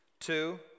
Two